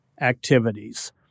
activities